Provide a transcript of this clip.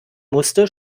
musste